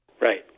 right